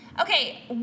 okay